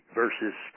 versus